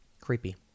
Creepy